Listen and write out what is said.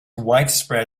widespread